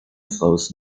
flows